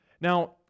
Now